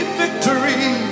victory